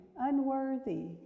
unworthy